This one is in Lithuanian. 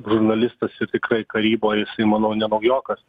žurnalistas ir tikrai karyboj jisai manau ne naujokas